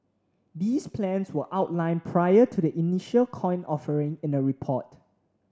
these plans were outlined prior to the initial coin offering in a report